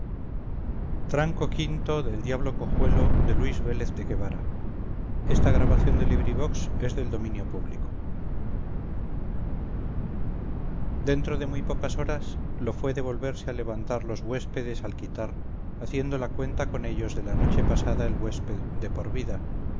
tranco v dentro de muy pocas horas lo fué de volverse a levantar los güéspedes al quitar haciendo la cuenta con ellos de la noche pasada el güésped de por vida